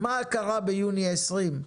מה קרה ביוני 2020,